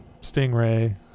Stingray